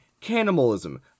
cannibalism